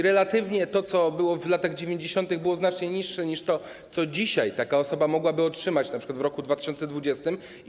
Relatywnie to, co było w latach 90., było znacznie niższe niż to, co dzisiaj taka osoba mogłaby otrzymać, np. w roku 2020.